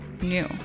new